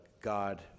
God